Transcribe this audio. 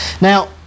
now